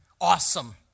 awesome